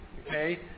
okay